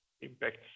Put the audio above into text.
impact